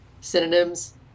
Synonyms